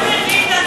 אני מזכירה